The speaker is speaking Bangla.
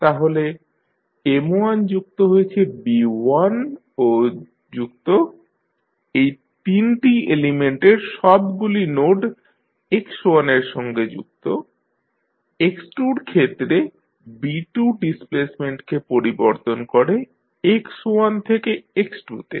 তাহলে M1 যুক্ত হয়েছে B1 ও যুক্ত এই 3 টি এলিমেন্টের সবগুলি নোড x1 এর সঙ্গে যুক্ত x2 র ক্ষেত্রে B2 ডিসপ্লেসমেন্টকে পরিবর্তন করে x1 থেকে x2 তে